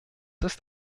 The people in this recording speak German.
ist